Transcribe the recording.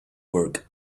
work